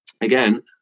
Again